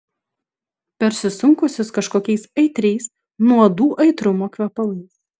persisunkusios kažkokiais aitriais nuodų aitrumo kvepalais